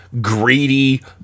greedy